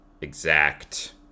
exact